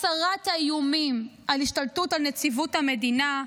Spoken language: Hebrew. הסרת האיומים להשתלטות על נציבות שירות המדינה,